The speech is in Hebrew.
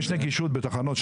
יש נגישות בתחנות,